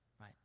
right